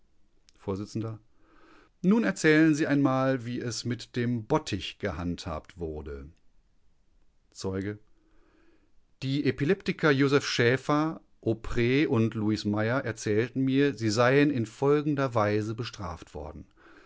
vors nun erzählen sie einmal wie es mit dem bottich gehandhabt wurde zeuge die epileptiker joseph schäfer opre und louis meyer erzählten mir sie seien in folgender weise bestraft worden